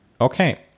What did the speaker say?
Okay